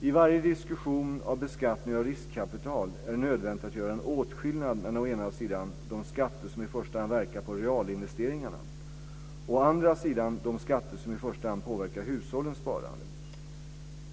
I varje diskussion av beskattning av riskkapital är det nödvändigt att göra en åtskillnad mellan å ena sidan de skatter som i första hand verkar på realinvesteringarna, å andra sidan de skatter som i första hand påverkar hushållens sparande.